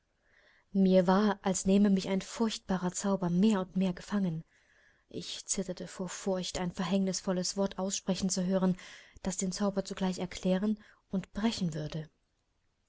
mir war als nähme mich ein furchtbarer zauber mehr und mehr gefangen ich zitterte vor furcht ein verhängnisvolles wort aussprechen zu hören das den zauber zugleich erklären und brechen würde